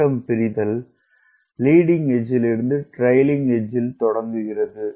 ஓட்டம் பிரித்தல் லீடிங் எட்ஜ்ல் இருந்து ட்ரைக்ளிங் எட்ஜ்ல் தொடங்குகிறது